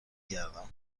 گردم